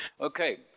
Okay